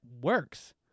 works